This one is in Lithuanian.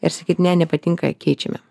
ir sakyt ne nepatinka keičiame